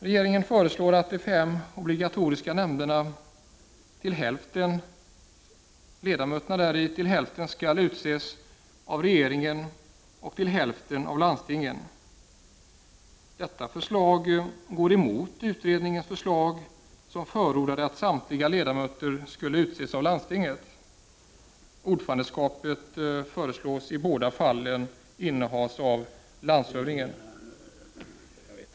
Regeringen förslår att hälften av ledamöterna i de fem obligatoriska nämnderna skall utses av regeringen och hälften av landstingen. Detta förslag går emot utredningens förslag som förordade att samtliga ledamöter skulle utses av landstingen. Ordförandeskapet föreslås i båda fallen innehas av landshövdingen.